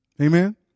Amen